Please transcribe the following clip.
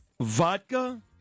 Vodka